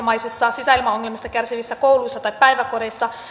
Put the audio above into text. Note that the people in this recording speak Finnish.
sisäilmaongelmista kärsivissä kouluissa tai päiväkodeissa